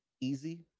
easy